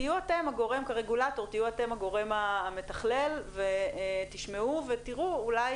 וכרגולטור תהיו אתם הגורם המתכלל ותשמעו ותראו אולי